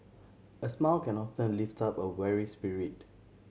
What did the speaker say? a smile can often lift up a weary spirit